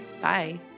Bye